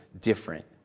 different